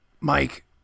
Mike